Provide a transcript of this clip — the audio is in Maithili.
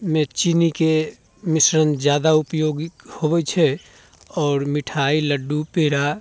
मे चीनीके मिश्रण जादा उपयोगिक होबैक छै आओर मिठाइ लड्डू पेड़ा